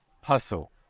hustle